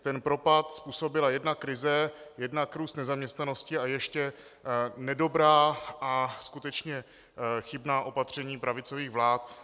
Ten propad způsobila jednak krize, jednak růst nezaměstnanosti a ještě nedobrá a skutečně chybná opatření pravicových vlád.